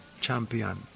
Champion